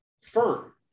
firm